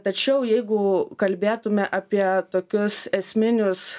tačiau jeigu kalbėtume apie tokius esminius